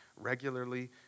regularly